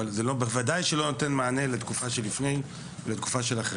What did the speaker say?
אבל בוודאי שזה לא נותן מענה לתקופה שלפני ולתקופה של אחרי.